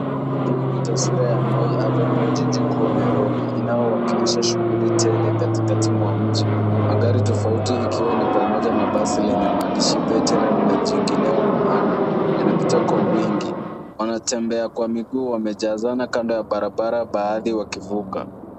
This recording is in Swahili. Hii ni taswira ya Moi avenue jiji kuu Nairobi inayowakilisha shughuli tele katikati mwa mji. Magari tofauti ikiwa ni pamoja na basi lenye maandishi veteran na jingineo Moana yanapita kwa wingi. Wanatembea kwa miguu wamejazana kando ya barabara baadhi wakivuka.